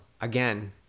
again